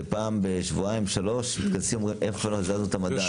שפעם בשבועיים-שלושה מתכנסים לראות איך הזזנו את המדד,